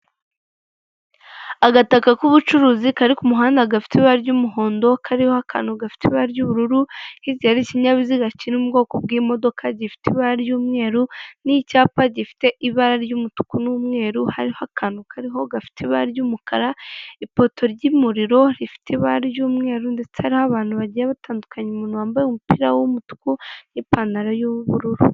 Agataka k'ubucuruzi kari ku muhanda gafite ibara ry'umuhondo, kariho akantu gafite ibara ry'ubururu, hirya hari ikinyabiziga kiri mu bwoko bw'imodoka gifite ibara ry'umweru, n'icyapa gifite ibara ry'umutuku n'umweru, hariho akantu kariho gafite ibara ry'umukara, ipoto ry'umuriro rifite ibara ry'umweru, ndetse hariho abantu bagiye batandukanye, umuntu wambaye umupira w'umutuku n'ipantaro y'ubururu.